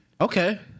Okay